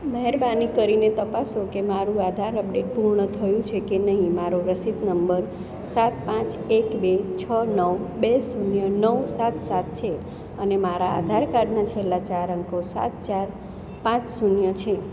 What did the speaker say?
મહેરબાની કરીને તપાસો કે મારું આધાર અપડેટ પૂર્ણ થયું છે કે નહીં મારો રસીદ નંબર સાત પાંચ એક બે છ નવ બે શૂન્ય નવ સાત સાત છે અને મારા આધાર કાર્ડના છેલ્લા ચાર અંકો સાત ચાર પાંચ શૂન્ય છે